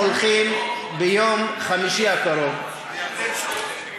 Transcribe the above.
אנחנו הולכים ביום חמישי הקרוב, בירדן שוב?